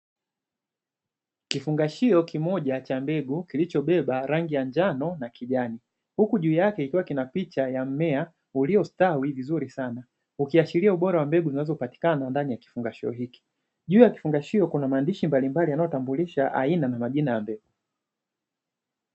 Kifungashio kimoja cha mbegu kilichobeba rangi ya njano na kijani, huku juu yake kukiwa na picha ya mmea uliostawi vizuri sana ukiashiria ubora wa mbegu zinazopatikana ndani ya kifungashio hiki. Juu ya kifungashio kuna maandishi mbalimbali yanayotambulisha aina na majina ya mbegu.